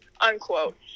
unquote